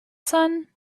sun